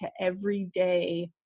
everyday